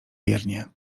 wiernie